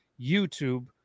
YouTube